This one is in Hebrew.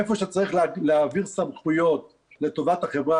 איפה שצריך להעביר סמכויות לטובת החברה,